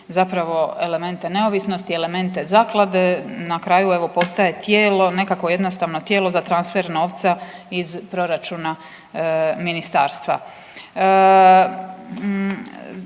zapravo elemente neovisnosti i elemente zaklade na kraju evo postaje tijelo, nekakvo jednostavno tijelo za transfer novca iz proračuna ministarstva.